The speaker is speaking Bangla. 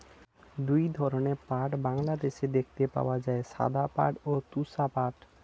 দুই ধরনের পাট বাংলাদেশে দেখতে পাওয়া যায়, সাদা পাট ও তোষা পাট